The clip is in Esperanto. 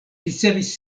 ricevis